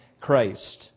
Christ